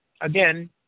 again